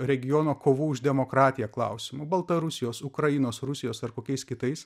regiono kovų už demokratiją klausimu baltarusijos ukrainos rusijos ar kokiais kitais